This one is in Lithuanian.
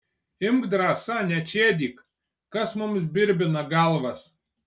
imk drąsa nečėdyk kas mums birbina galvas